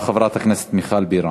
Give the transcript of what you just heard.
אחריו, חברת הכנסת מיכל בירן.